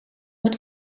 met